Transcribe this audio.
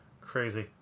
crazy